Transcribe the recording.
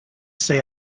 say